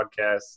podcast